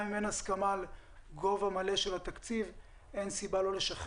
גם אם אין הסכמה על גובה מלא של התקציב אין סיבה לא לשחרר